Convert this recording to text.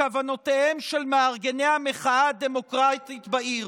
כוונותיהם של מארגני המחאה הדמוקרטית בעיר.